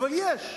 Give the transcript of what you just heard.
אבל יש.